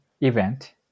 event